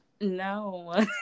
No